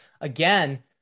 again